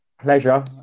Pleasure